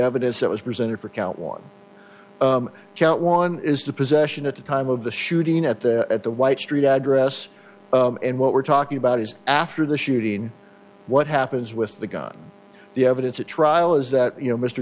evidence that was presented for count one count one is the possession at the time of the shooting at the at the white street address and what we're talking about is after the shooting what happens with the gun the evidence at trial is that you know mr